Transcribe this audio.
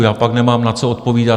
Já pak nemám na co odpovídat.